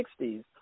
1960s